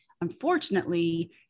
unfortunately